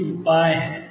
ये उपाय हैं